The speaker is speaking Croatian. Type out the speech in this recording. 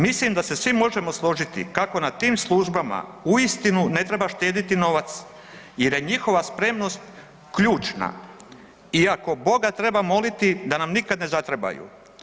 Mislim da se svi možemo složiti kako na tim službama uistinu ne treba štediti novac jer je njihova spremnost ključna i ako Boga treba moliti da nam nikad ne zatrebaju.